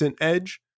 edge